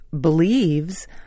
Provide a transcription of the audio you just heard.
believes